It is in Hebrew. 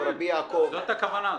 זאת הייתה הכוונה,